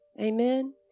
Amen